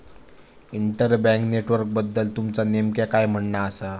inter bank नेटवर्कबद्दल तुमचा नेमक्या काय म्हणना आसा